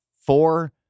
four